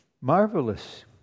marvelous